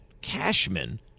Cashman